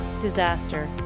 disaster